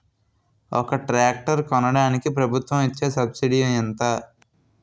ఒక ట్రాక్టర్ కొనడానికి ప్రభుత్వం ఇచే సబ్సిడీ ఎంత?